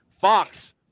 Fox